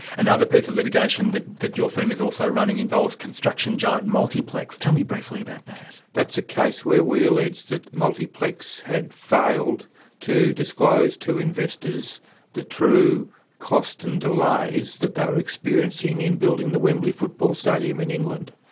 another piece of litigation that your firm is also running, involves construction giant multiplex. tell me briefly about that. that's a case where we allege that multiplex had failed to disclose to investors the true cost and delays that they were experiencing in building the wembley football stadium in england,